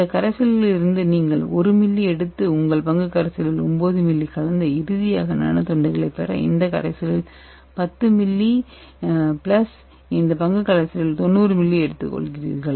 இந்த கரைசலில் இருந்து நீங்கள் 1 மில்லியை எடுத்து உங்கள் பங்கு கரைசலில் 9 மில்லி கலந்து இறுதியாக நானோ தண்டுகளைப் பெற இந்த கரைசலில் 10 மில்லி இந்த பங்கு கரைசலில் 90 மில்லியை எடுத்துக்கொள்கிறீர்கள்